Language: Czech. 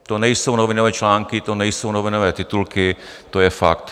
To nejsou novinové články, to nejsou novinové titulky, to je fakt.